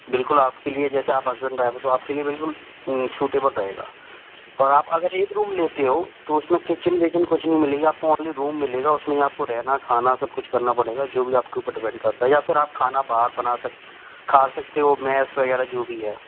बिल्कुल आपके लिए जैसे आप हस्बैंड वाइफ हो तो आपके लिए बिल्कुल सूटेबल रहेगा और आप अगर एक रूम लेते हो तो उसमें किचन विचन कुछ नहीं मिलेगी आपको ओन्ली रूम मिलेगा उसमें आपको रहना खाना सब कुछ करना पड़ेगा जो भी आपके ऊपर डिपेंड करता है या फिर आप खाना बाहर बना खा सकते हो मैस वगैरह जो भी है